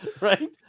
Right